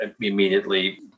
immediately